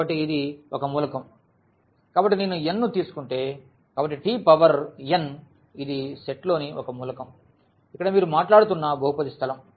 కాబట్టి ఇది ఒక మూలకం కాబట్టి నేను n ను తీసుకుంటే కాబట్టి t పవర్ n ఇది ఈ సెట్లోని ఒక మూలకం ఇక్కడ మీరు మాట్లాడుతున్న బహుపది స్థలం